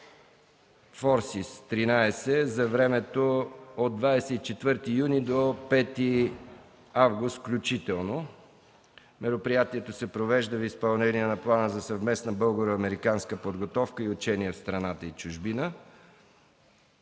Force 13” за времето от 24 юни до 5 август включително. Мероприятието се провежда в изпълнение на Плана за съвместна българо-американска подготовка и учение в страната и чужбина.